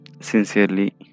Sincerely